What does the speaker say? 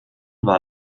war